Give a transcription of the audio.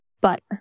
butter